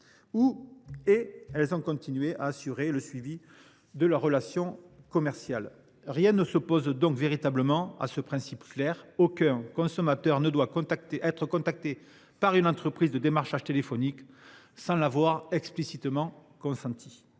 le choix et continuent d’assurer le suivi de leurs relations commerciales. Rien ne s’oppose donc véritablement à ce principe clair : aucun consommateur ne doit être contacté par une entreprise de démarchage téléphonique sans l’avoir explicitement consenti.